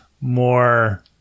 more